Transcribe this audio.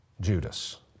Judas